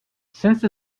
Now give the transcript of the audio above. since